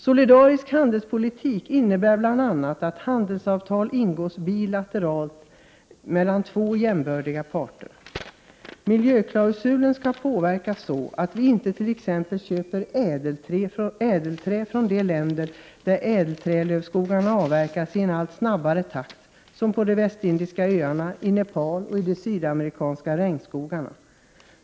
Solidarisk handelspolitik innebär bl.a. att handelsavtal ingås bilateralt mellan två jämbördiga parter. Miljöklausulen skall påverkas så, att vi inte t.ex. köper ädelträ från de länder där ädelträlövskogarna avverkas i en allt snabbare takt, som på de västindiska öarna, i Nepal och i de sydamerikanska regnskogarna.